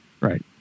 Right